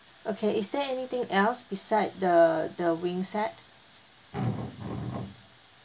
okay is there anything else beside the the wing set